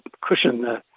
cushion